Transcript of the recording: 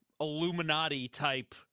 Illuminati-type